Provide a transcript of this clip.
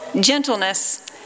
gentleness